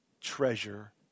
treasure